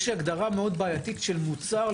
יש הגדרה מאוד בעייתית של מוצר.